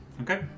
Okay